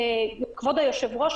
כבוד היושב-ראש,